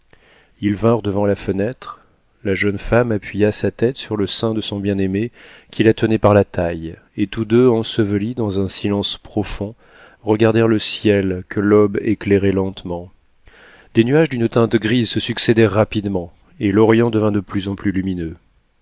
ils vinrent devant la fenêtre la jeune femme appuya sa tête sur le sein de son bien-aimé qui la tenait par la taille et tous deux ensevelis dans un silence profond regardèrent le ciel que l'aube éclairait lentement des nuages d'une teinte grise se succédèrent rapidement et l'orient devint de plus en plus lumineux